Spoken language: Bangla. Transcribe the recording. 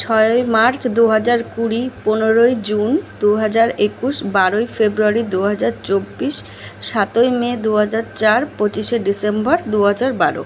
ছয়ই মার্চ দু হাজার কুড়ি পনেরোই জুন দু হাজার একুশ বারোই ফেব্রুয়ারি দু হাজার চব্বিশ সাতই মে দু হাজার চার পঁচিশে ডিসেম্বর দু হাজার বারো